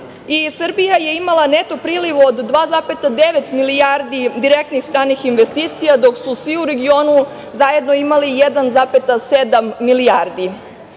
Srbija je imala neto priliv od 2,9 milijardi direktnih stranih investicija, dok su svi u regionu zajedno imali 1,7 milijardi.